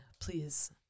please